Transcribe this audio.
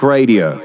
Radio